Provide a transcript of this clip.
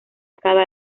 cada